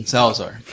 Salazar